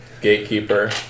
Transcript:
gatekeeper